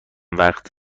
وقت